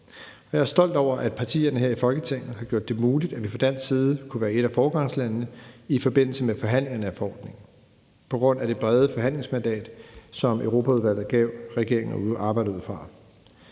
jeg er stolt over, at partierne her i Folketinget har gjort det muligt, at vi fra dansk side kunne være et af foregangslandene i forbindelse med forhandlingerne af forordningen, på grund af det brede forhandlingsmandat, som Europaudvalget gav regeringen at arbejde ud fra.